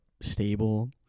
stable